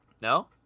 No